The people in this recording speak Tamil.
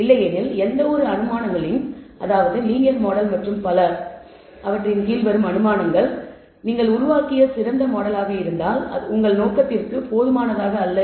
இல்லையெனில் எந்தவொரு அனுமானங்களின் லீனியர் மாடல் மற்றும் பல கீழும் நீங்கள் உருவாக்கிய சிறந்த மாடலாக இருந்தால் அது உங்கள் நோக்கத்திற்கு போதுமானதாக அல்ல